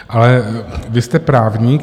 Ale vy jste právník.